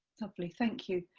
lovely, thank you.